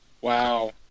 Wow